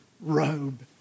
robe